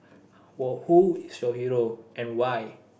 well who is your hero and why